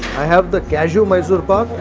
i have the cashew mysore but